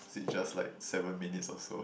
is it just like seven minutes or so